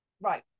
Right